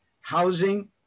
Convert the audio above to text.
housing